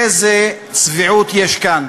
איזה צביעות יש כאן,